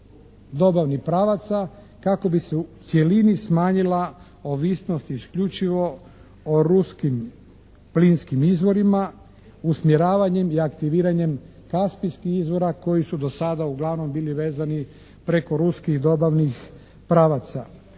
dobavnih pravaca kako bi se u cjelini smanjila ovisnost isključivo o ruskim plinskim izvorima usmjeravanjem i aktiviranjem Kaspijskih izvora koji su do sada uglavnom bili vezani preko ruskih dobavnih pravaca.